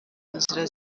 nzira